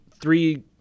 three